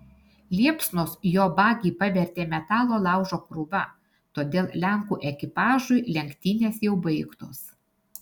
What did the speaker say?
liepsnos jo bagį pavertė metalo laužo krūva todėl lenkų ekipažui lenktynės jau baigtos